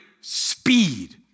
speed